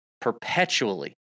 perpetually